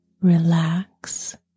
relax